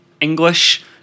English